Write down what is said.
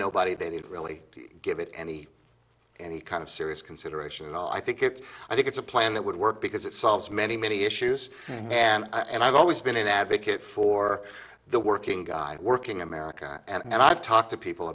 nobody they didn't really give it any any kind of serious consideration at all i think it's i think it's a plan that would work because it solves many many issues and and i've always been an advocate for the working guy working america and i've talked to people